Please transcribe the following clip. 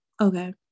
Okay